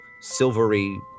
silvery